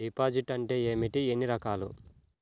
Deposit అంటే ఏమిటీ ఎన్ని రకాలు?